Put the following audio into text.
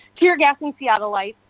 tear gassing seattle, like